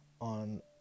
on